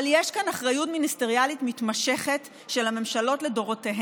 אבל יש כאן אחריות מיניסטריאלית מתמשכת של הממשלות לדורותיהן,